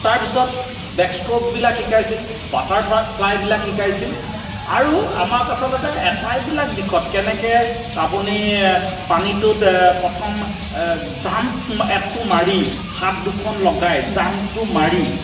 তাৰপিছত বেক ষ্ট্ৰ'কবিলাক শিকাইছিল বাটাৰ ফ্ৰাই ফ্লাইবিলাক শিকাইছিল আৰু আমাক আচলতে এটাইবিলাক দিশত কেনেকৈ আপুনি পানীটোত প্ৰথম জাম্পটো মাৰি হাত দুখন লগাই জাম্পটো মাৰি